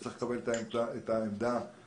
צריך לקבל את העמדה העקרונית.